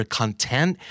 content